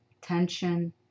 tension